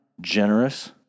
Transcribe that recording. generous